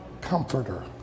comforter